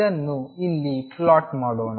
ಇದನ್ನು ಇಲ್ಲಿ ಪ್ಲಾಟ್ ಮಾಡೋಣ